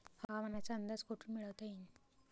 हवामानाचा अंदाज कोठून मिळवता येईन?